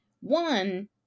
One